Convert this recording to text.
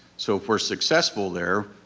so if we're successful there,